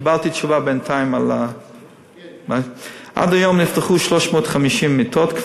קיבלתי תשובה בינתיים: עד היום נפתחו כבר 350 מיטות.